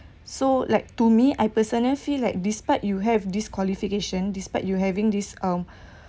so like to me I personally feel like despite you have this qualification despite you having this um